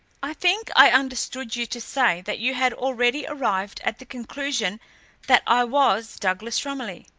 i think i understood you to say that you had already arrived at the conclusion that i was douglas romilly?